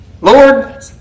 Lord